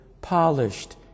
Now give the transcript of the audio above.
polished